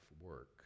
work